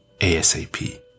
ASAP